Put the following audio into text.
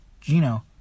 Gino